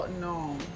no